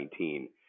2019